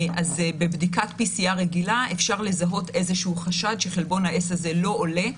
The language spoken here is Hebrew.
אז בבדיקת PCR רגילה אפשר לזהות איזשהו חשד שחלבון ה-S הזה לא עולה,